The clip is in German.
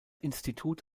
institut